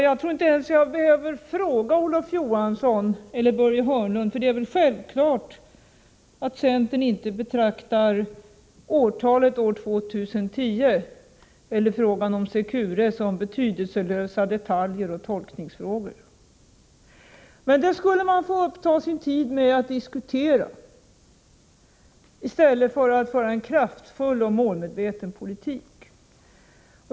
Jag tror inte att jag ens behöver fråga Olof Johansson eller Börje Hörnlund, för det är självklart att centern inte betraktar årtalet 2010 eller frågan om Secure som betydelselösa detaljer och tolkningsfrågor. Men då skulle man alltså uppta tiden med att diskutera i stället för att föra en kraftfull och målmedveten politik.